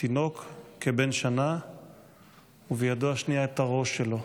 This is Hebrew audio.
תינוק כבן שנה ובידו השנייה את הראש שלו.